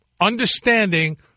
Understanding